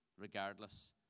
regardless